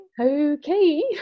okay